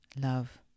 love